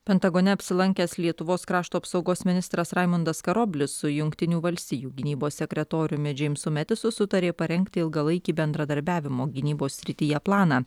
pentagone apsilankęs lietuvos krašto apsaugos ministras raimundas karoblis su jungtinių valstijų gynybos sekretoriumi džeimsu metisu sutarė parengti ilgalaikį bendradarbiavimo gynybos srityje planą